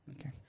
Okay